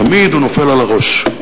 תמיד הוא נופל על הראש.